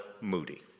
Moody